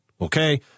Okay